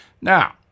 Now